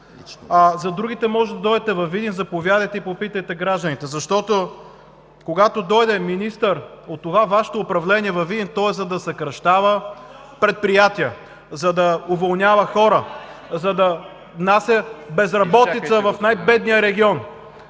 за другите можете да дойдете във Видин. Заповядайте и попитайте гражданите. Защото, когато дойде министър от Вашето управление във Видин, то е, за да съкращава предприятия, за да уволнява хора, за да внася безработица в най-бедния регион.